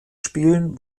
spielen